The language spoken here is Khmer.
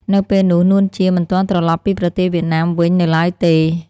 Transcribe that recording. នៅពេលនោះ នួន ជា មិនទាន់ត្រឡប់ពីប្រទេសវៀតណាមវិញ នៅឡើយទេ។